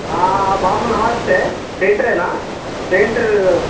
బాబు నమస్తే పెయింటరేనా పెయింటర్